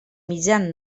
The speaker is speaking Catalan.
mitjan